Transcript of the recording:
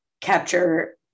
capture